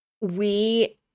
We-